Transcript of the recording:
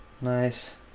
Nice